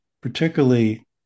particularly